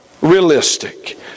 realistic